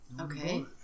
Okay